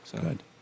Good